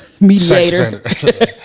mediator